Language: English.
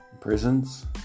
prisons